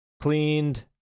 cleaned